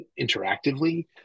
interactively